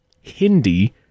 Hindi